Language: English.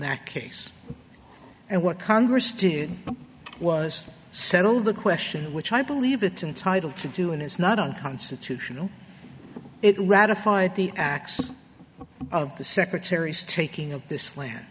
that case and what congress did was settle the question which i believe it entitle to do and is not unconstitutional it ratified the acts of the secretary's taking of this land